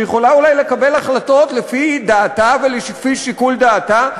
שיכולה אולי לקבל החלטות לפי דעתה ולפי שיקול דעתה,